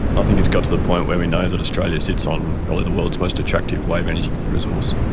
i think it's got to the point where we know that australia sits on probably the world's most attractive wave energy resource.